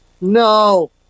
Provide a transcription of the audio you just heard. No